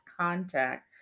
contact